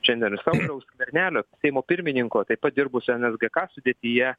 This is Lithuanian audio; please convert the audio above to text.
šiandien ir sauliaus skvernelio seimo pirmininko taip pat dirbusio nsgk sudėtyje